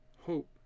hope